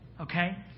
Okay